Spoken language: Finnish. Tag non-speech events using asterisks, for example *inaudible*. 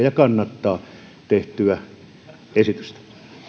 *unintelligible* ja kannattaa tehtyä esitystä